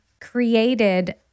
created